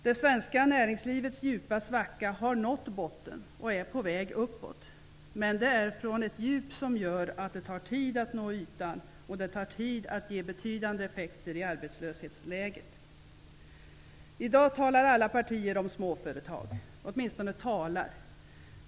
Det svenska näringslivets djupa svacka har nått botten och är på väg uppåt, men det är från ett djup som gör att det tar tid att nå ytan och det tar tid att ge betydande effekter på arbetslöshetsläget. I dag talar alla partier om småföretag -- åtminstone talar.